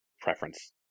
preference